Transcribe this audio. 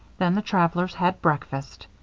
then the travelers had breakfast.